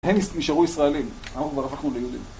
הם נשארו ישראלים, אנחנו כבר הפכנו ליהודים.